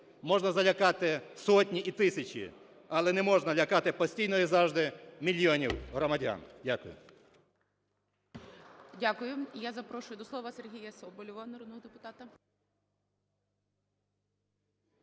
можна залякати сотні і тисячі, але не можна лякати постійно і завжди мільйонів громадян. Дякую.